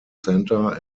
centre